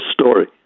story